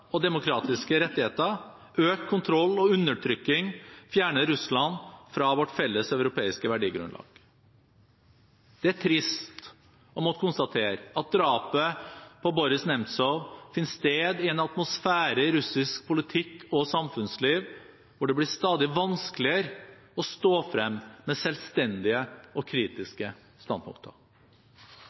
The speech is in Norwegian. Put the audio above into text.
og demokratiske rettigheter, økt kontroll og undertrykking fjerner Russland fra vårt felles europeiske verdigrunnlag. Det er trist å måtte konstatere at drapet på Boris Nemtsov finner sted i en atmosfære i russisk politikk og samfunnsliv der det blir stadig vanskeligere å stå frem med selvstendige og kritiske standpunkter.